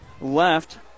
left